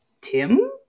Tim